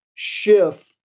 shift